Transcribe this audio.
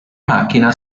macchina